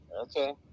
Okay